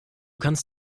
kannst